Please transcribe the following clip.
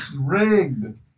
Rigged